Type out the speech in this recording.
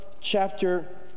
chapter